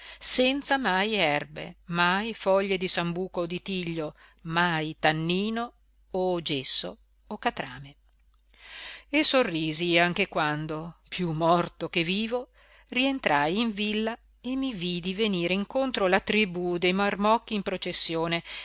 senza mai erbe mai foglie di sambuco o di tiglio mai tannino o gesso o catrame e sorrisi anche quando piú morto che vivo rientrai in villa e mi vidi venire incontro la tribù dei marmocchi in processione